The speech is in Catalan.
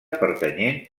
pertanyent